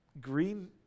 green